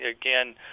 again